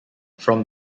from